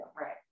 Right